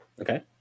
Okay